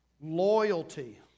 Loyalty